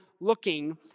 looking